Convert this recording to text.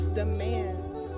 demands